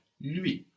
Lui